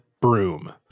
broom